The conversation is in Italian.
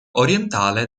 orientale